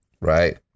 right